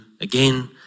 again